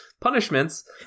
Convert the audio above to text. punishments